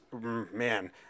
man